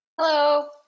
hello